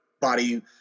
body